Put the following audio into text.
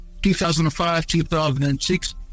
2005-2006